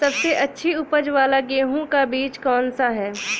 सबसे अच्छी उपज वाला गेहूँ का बीज कौन सा है?